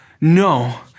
No